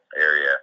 area